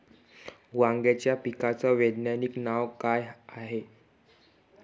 वांग्याच्या पिकाचं वैज्ञानिक नाव का हाये?